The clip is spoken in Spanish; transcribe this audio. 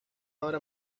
hora